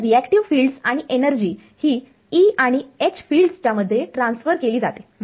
तर reactive fields आणि energy ही E आणि H फिल्डसच्या मध्ये ट्रान्सफर केली जाते